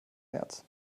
märz